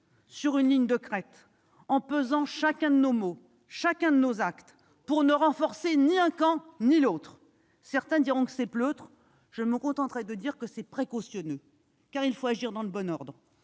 sur une ligne de crête, pesant chacun de nos mots, chacun de nos actes, pour ne renforcer ni un camp ni l'autre. Certains diront que c'est pleutre. Je me contenterai de dire que c'est précautionneux. Il faut agir dans le bon ordre.